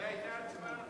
זו היתה ההצבעה.